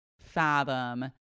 fathom